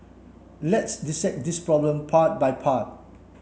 let's dissect this problem part by part